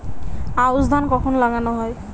আউশ ধান কখন লাগানো হয়?